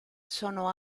sono